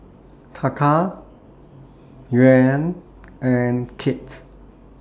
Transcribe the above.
Taka Yuan and Kyat